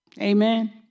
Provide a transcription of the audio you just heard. Amen